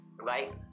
right